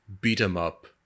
beat-em-up